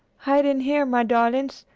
hide in here, my darlings.